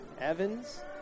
Evans